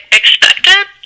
expected